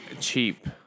Cheap